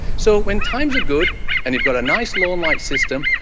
so when times are good and you've got a nice lawn-like system,